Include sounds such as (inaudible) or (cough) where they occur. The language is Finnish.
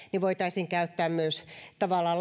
voitaisiin käyttää myös tavallaan (unintelligible)